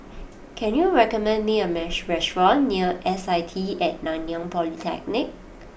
can you recommend me a restaurant near S I T at Nanyang Polytechnic